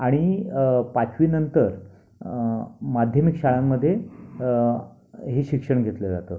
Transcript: आणि पाचवी नंतर माध्यमिक शाळांमध्ये हे शिक्षण घेतलं जातं